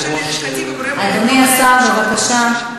גברתי היושבת-ראש, אדוני השר, בבקשה.